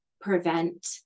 prevent